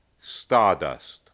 Stardust